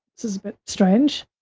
this is a bit strange.